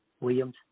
Williams